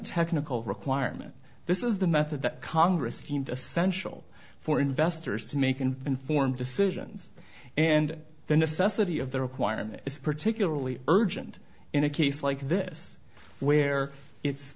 technical requirement this is the method that congress deemed essential for investors to make an informed decisions and the necessity of the requirement is particularly urgent in a case like this where it's